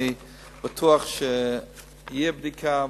אני בטוח שתהיה בדיקה,